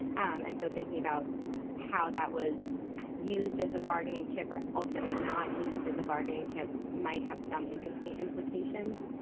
and so thinking about how that was used as a bargaining chip or ultimately not used as a bargaining chip might have some interesting implications.